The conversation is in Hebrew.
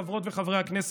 חברות וחברי הכנסת,